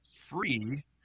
free